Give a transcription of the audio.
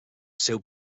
seu